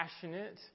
passionate